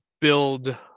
build